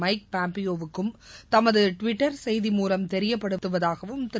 mic பாம்பியோவுக்கும் தமது Twitter செய்தி மூலம் தெரியப்படுத்துவதாகவும் திரு